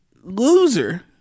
loser